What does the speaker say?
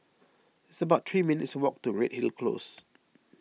it's about three minutes' walk to Redhill Close